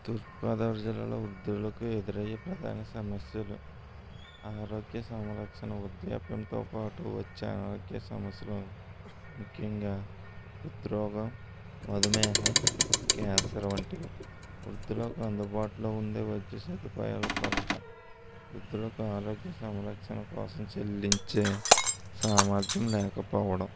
తూర్పుగోదావరి జిల్లాలో వృద్ధులకు ఎదురయ్యే ప్రధాన సమస్యలు ఆరోగ్య సంరక్షణ వృద్ధాప్యంతో పాటు వచ్చే ఆనారోగ్య సమస్యలు ముఖ్యంగా వృద్ధిరోగం మధుమేహం క్యాన్సర్ వంటివి వృద్ధులకు అందుబాటులో ఉండే వైద్య సదుపాయాల కొరత వృద్ధులకు ఆరోగ్య సంరక్షణ కోసం చెల్లించే సామర్థ్యం లేకపోవడం